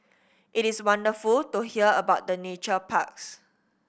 it is wonderful to hear about the nature parks